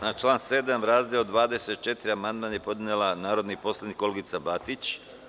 Na član 7. razdeo 24. amandman je podnela narodni poslanik Olgica Batić.